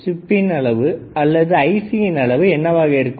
சிப்பின் அளவு அல்லது IC யின் அளவு என்னவாக இருக்கும்